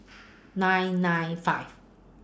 nine nine five